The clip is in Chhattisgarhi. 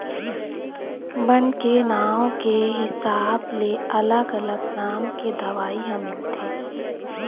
बन के नांव के हिसाब ले अलग अलग नाम के दवई ह मिलथे